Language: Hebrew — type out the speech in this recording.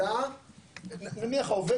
נניח שעובד